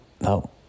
no